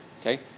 Okay